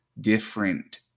different